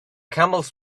camels